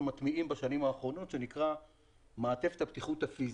מטמיעים בשנים האחרונות שנקרא מעטפת הבטיחות הפיזית.